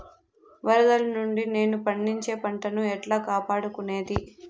వరదలు నుండి నేను పండించే పంట ను ఎట్లా కాపాడుకునేది?